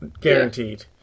Guaranteed